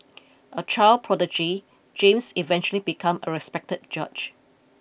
a child prodigy James eventually become a respected judge